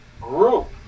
group